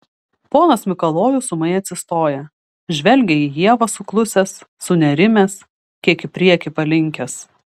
ponas mikalojus ūmai atsistoja žvelgia į ievą suklusęs sunerimęs kiek į priekį palinkęs